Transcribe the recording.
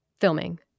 filming